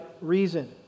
reason